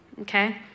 okay